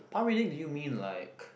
palm reading do you mean like